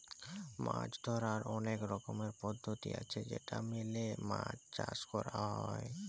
মাছ ধরার অলেক রকমের পদ্ধতি আছে যেটা মেলে মাছ চাষ ক্যর হ্যয়